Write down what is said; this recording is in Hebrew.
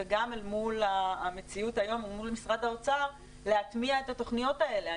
וגם מול המציאות היום או מול משרד האוצר להטמיע את התוכניות האלה?